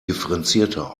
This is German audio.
differenzierter